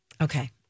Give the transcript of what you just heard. Okay